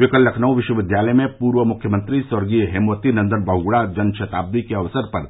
ये कल लखनऊ विश्वविद्यालय में पूर्व मुख्यमंत्री स्वर्गीय हेमवती नन्दन बहुगुणा जनशताब्दी के अवसर पर